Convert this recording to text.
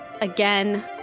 again